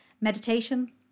Meditation